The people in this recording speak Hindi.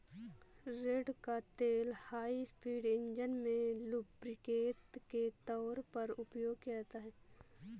रेड़ का तेल हाई स्पीड इंजन में लुब्रिकेंट के तौर पर उपयोग किया जाता है